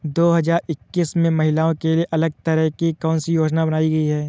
दो हजार इक्कीस में महिलाओं के लिए अलग तरह की कौन सी योजना बनाई गई है?